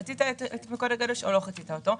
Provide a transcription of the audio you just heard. אם חצית את מוקד הגודש או לא חצית אותו.